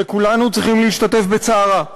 וכולנו צריכים להשתתף בצערה.